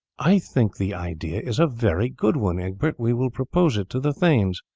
i think the idea is a very good one, egbert we will propose it to the thanes.